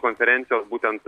konferencijos būtent